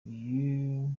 uyu